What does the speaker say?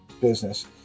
business